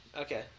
Okay